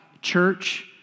church